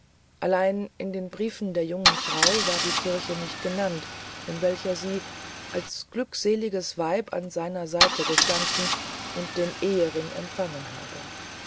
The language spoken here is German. allein in dem briefe der jungen frau war die kirche nicht genannt in welcher sie als glückseliges weib an seiner seite gestanden und den ehering empfangen habe